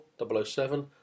007